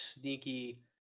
sneaky